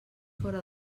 fora